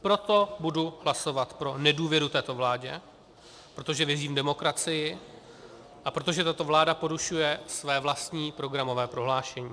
Proto budu hlasovat pro nedůvěru této vládě, protože věřím v demokracii a protože tato vláda porušuje své vlastní programové prohlášení.